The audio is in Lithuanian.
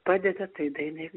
padeda tai dainai